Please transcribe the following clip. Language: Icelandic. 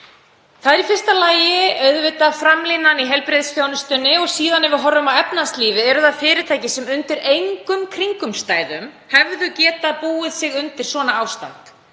Það er í fyrsta lagi auðvitað framlínan í heilbrigðisþjónustunni og ef við horfum á efnahagslífið eru það síðan fyrirtæki sem undir engum kringumstæðum hefðu getað búið sig undir svona ástand.